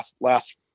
last